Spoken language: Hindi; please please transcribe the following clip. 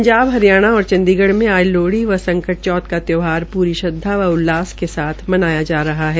पंजाब हरियाणा और चंडीगढ़ में आज लोहड़ी व संकट चौथ का त्यौहार पूरी श्रदवा व उल्लास के साथ मनाया जा रहा है